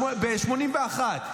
בשנת 1981,